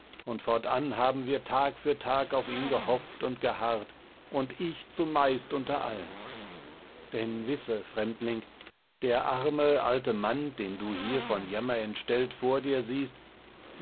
und fortan haben wir tag für tag auf ihn gehofft und geharrt und ich zumeist unter allen denn wisse fremdling der arme alte mann den du hier von jammer entstellt vor dir siehst